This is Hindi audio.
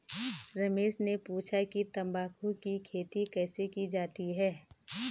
रमेश ने पूछा कि तंबाकू की खेती कैसे की जाती है?